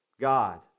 God